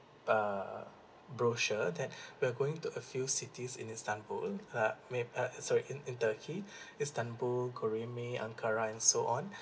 err brochure that we're going to a few cities in istanbul that may uh sorry in in turkey istanbul goreme and corinne so on